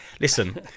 listen